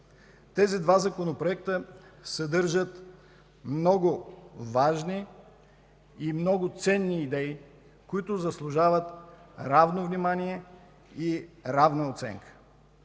имаме два законопроекта. Те съдържат много важни и ценни идеи, които заслужават равно внимание и равна оценка.